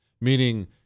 meaning